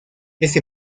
ese